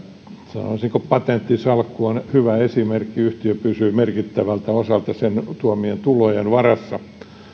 sanoisinko patenttisalkku on hyvä esimerkki yhtiö pysyy merkittävältä osalta sen tuomien tulojen varassa